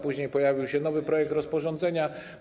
Później pojawił się nowy projekt rozporządzenia.